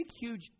huge